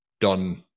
done